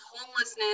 homelessness